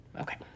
Okay